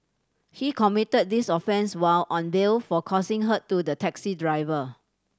he committed this offence while on there for causing hurt to the taxi driver